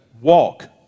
walk